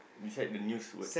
beside the news word